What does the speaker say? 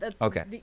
okay